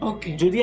Okay